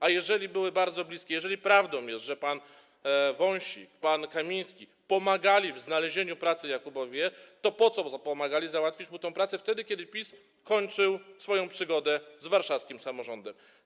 A jeżeli były bardzo bliskie, jeżeli prawdą jest, że pan Wąsik, pan Kamiński pomagali w znalezieniu pracy Jakubowi R., to po co pomagali załatwić mu tę pracę wtedy, kiedy PiS kończył swoją przygodę z warszawskim samorządem?